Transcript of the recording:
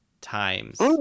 times